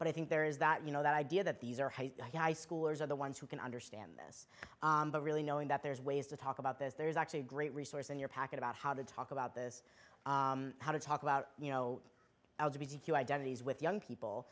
but i think there is that you know that idea that these are high schoolers are the ones who can understand this but really knowing that there's ways to talk about this there's actually a great resource in your packet about how to talk about this how to talk about you know i was a b b q identities with young people